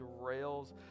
derails